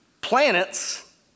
planets